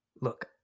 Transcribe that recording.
look